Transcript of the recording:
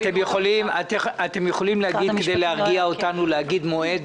כדי להרגיע אותנו, תוכלו להגיד מועד?